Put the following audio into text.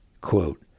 quote